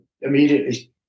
immediately